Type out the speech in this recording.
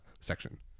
section